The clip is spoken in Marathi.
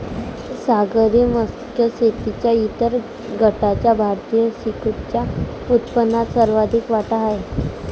सागरी मत्स्य शेतीच्या इतर गटाचा भारतीय सीफूडच्या उत्पन्नात सर्वाधिक वाटा आहे